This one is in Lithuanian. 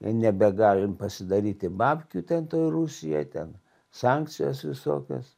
nebegalim pasidaryti babkių ten toj rusijoj ten sankcijos visokios